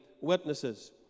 witnesses